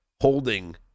Holding